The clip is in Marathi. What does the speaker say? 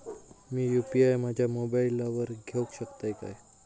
मी यू.पी.आय माझ्या मोबाईलावर घेवक शकतय काय?